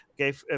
okay